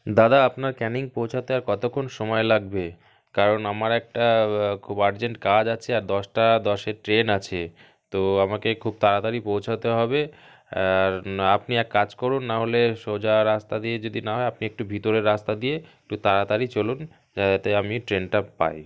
দাদা আপনার ক্যানিং পৌঁছতে আর কতক্ষণ সময় লাগবে কারণ আমার একটা খুব আর্জেন্ট কাজ আছে আর দশটা দশের ট্রেন আছে তো আমাকে খুব তাড়াতাড়ি পৌঁছাতে হবে আর আপনি এক কাজ করুন নাহলে সোজা রাস্তা দিয়ে যদি না হয় আপনি একটু ভিতরের রাস্তা দিয়ে একটু তাড়াতাড়ি চলুন যাতে আমি ট্রেনটা পাই